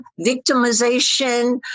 victimization